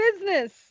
business